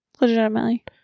Legitimately